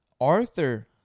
Arthur